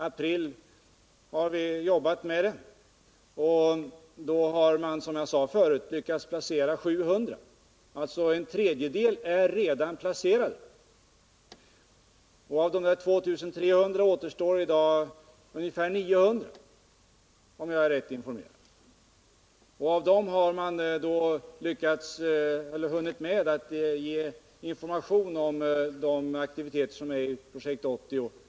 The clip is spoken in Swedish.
Vi har arbetat med detta sedan i april, och då hade man, som jag sade förut, lyckats placera 700, dvs. en tredjedel. Av de 2 300 återstår i dag ungefär 900, om jag är rätt informerad. Och till ungefär hälften av dessa har man hunnit med att ge information om de aktiviteter som ingår i Projekt 80.